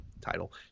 title